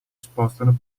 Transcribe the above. spostano